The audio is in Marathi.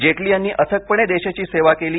जेटली यांनी अथकपणे देशाची सेवा केली